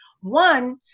One